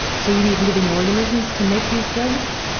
so you need living organisms to make these drugs,